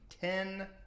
Ten